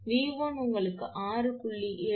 எனவே 𝑉1 உங்களுக்கு 6